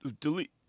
Delete